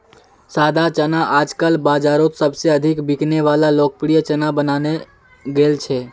सादा चना आजकल बाजारोत सबसे अधिक बिकने वला लोकप्रिय चना बनने गेल छे